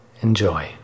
Enjoy